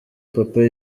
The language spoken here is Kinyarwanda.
papa